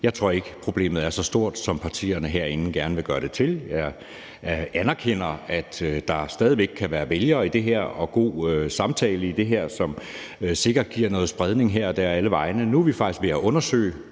Jeg tror ikke, problemet er så stort, som partierne herinde gerne vil gøre det til. Jeg anerkender, at der stadig væk kan være vælgere i det her og en god samtale i det her, som sikkert giver noget spredning her og der og alle vegne. Og nu er vi faktisk ved at undersøge